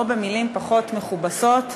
או במילים פחות מכובסות,